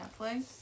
Netflix